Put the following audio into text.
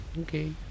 Okay